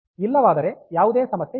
ಇಲ್ಲವಾದರೆ ಯಾವುದೇ ಸಮಸ್ಯೆ ಇಲ್ಲ